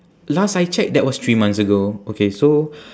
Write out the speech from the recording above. last I check that was three months ago okay so